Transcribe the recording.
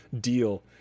deal